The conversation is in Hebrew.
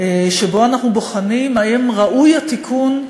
שבו אנחנו בוחנים האם ראוי התיקון,